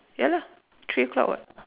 ya lah three o'clock [what]